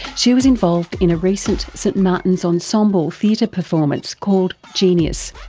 she was involved in a recent st martins ensemble theatre performance called genius.